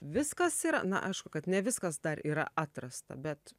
viskas yra na aišku kad ne viskas dar yra atrasta bet